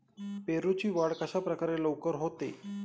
पेरूची वाढ कशाप्रकारे लवकर होते?